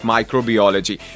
Microbiology